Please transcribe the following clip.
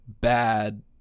bad